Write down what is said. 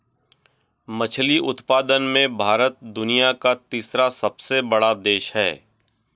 मछली उत्पादन में भारत दुनिया का तीसरा सबसे बड़ा देश है